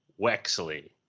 Wexley